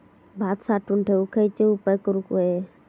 भात साठवून ठेवूक खयचे उपाय करूक व्हये?